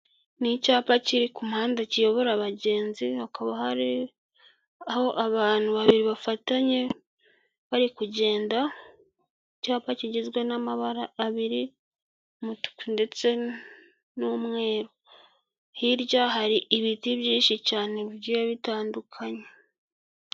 Ni icyapa kiri ku muhanda kiyobora abagenzi, hakaba hariho abantu babiri bafatanye bari kugenda, icyapa kigizwe n'amabara abiri, umutuku ndetse n'umweru, hirya hari ibiti byinshi cyane bigiye bitandukanye.